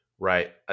Right